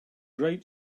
great